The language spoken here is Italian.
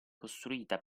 costruita